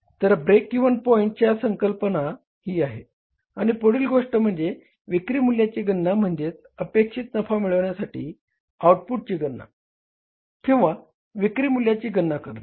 तर ही break even पॉईंटची संकल्पना आहे आणि पुढील गोष्ट म्हणजे विक्री मूल्याची गणना म्हणजे अपेक्षित नफा मिळविण्यासाठी आउटपुटची गणना किंवा विक्री मूल्याची गणना करणे